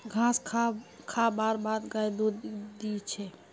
घास खा बार बाद गाय कम दूध दी छे